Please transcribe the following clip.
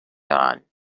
dawn